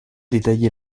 détaillé